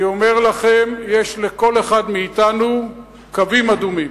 אני אומר לכם: יש לכל אחד מאתנו קווים אדומים,